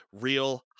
real